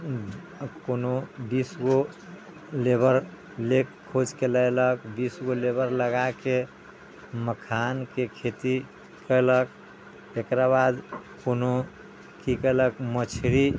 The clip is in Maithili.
कोनो बीसगो लेबर ले खोजिके लेलक बीसगो लेबर लगाके मखानके खेती कयलक एकराबाद कोनो की कयलक मछरी